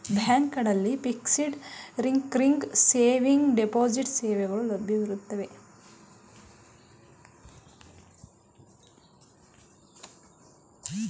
ಬ್ಯಾಂಕ್ಗಳಲ್ಲಿ fixed, recurring saving, deposit ಸೇವೆಗಳು ಲಭ್ಯವಿರುತ್ತವೆ